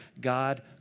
God